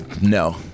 No